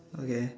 okay